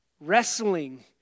wrestling